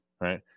right